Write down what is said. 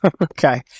Okay